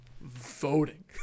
voting